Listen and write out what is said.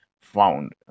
found